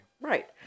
Right